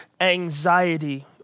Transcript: anxiety